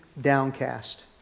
downcast